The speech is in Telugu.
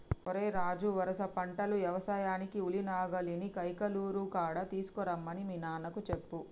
ఓరై రాజు వరుస పంటలు యవసాయానికి ఉలి నాగలిని కైకలూరు కాడ తీసుకురమ్మని మీ నాన్నకు చెప్పు